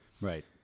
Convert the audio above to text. Right